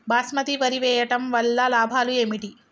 బాస్మతి వరి వేయటం వల్ల లాభాలు ఏమిటి?